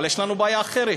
אבל יש לנו בעיה אחרת: